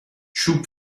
چوب